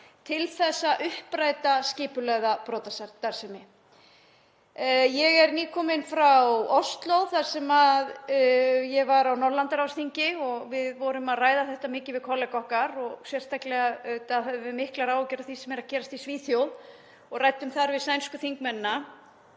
til að uppræta skipulagða brotastarfsemi. Ég er nýkomin frá Ósló þar sem ég var á Norðurlandaráðsþingi og við vorum að ræða þetta mikið við kollega okkar og sérstaklega auðvitað höfum við miklar áhyggjur af því sem er að gerast í Svíþjóð og ræddum þar við sænsku þingmennina.